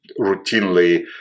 routinely